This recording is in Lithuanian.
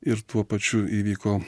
ir tuo pačiu įvyko